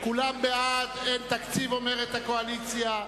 כולם בעד, אין תקציב, אומרת הקואליציה.